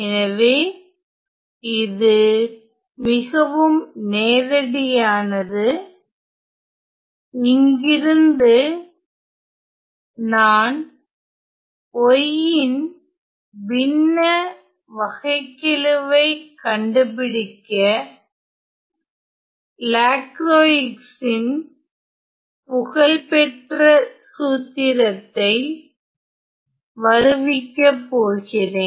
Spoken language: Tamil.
எனவே இது மிகவும் நேரடியானது இங்கிருந்து நான் y ன் பின்ன வகைக்கெழுவை கண்டுபிடிக்க லாக்ரோயிக்ஸ் ன் புகழ் பெற்ற சூத்திரத்தை வருவிக்கப்போகிறேன்